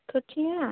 खोथिया